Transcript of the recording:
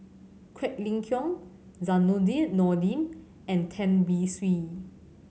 Quek Ling Kiong Zainudin Nordin and Tan Beng Swee